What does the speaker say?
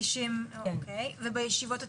ובישיבות התיכוניות?